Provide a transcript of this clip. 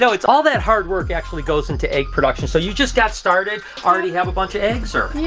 so it's all that hard work actually goes into egg production, so you just got started already have a bunch of eggs or